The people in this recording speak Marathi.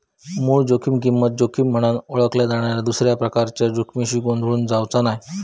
मूळ जोखीम किंमत जोखीम म्हनान ओळखल्या जाणाऱ्या दुसऱ्या प्रकारच्या जोखमीशी गोंधळून जावचा नाय